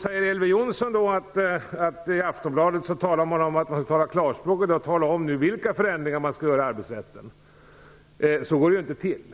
Elver Jonsson säger att man i Aftonbladet vill att jag skall tala klarspråk och tala om vilka förändringar som skall göras i arbetsrätten. Så går det inte till.